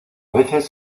veces